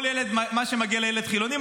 כל מה שמגיע לילד חילוני,